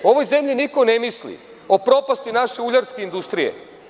U ovoj zemlji niko ne misli o propasti naše uljarske industrije.